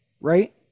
right